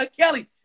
Kelly